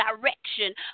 direction